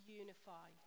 unify